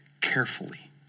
carefully